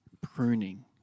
pruning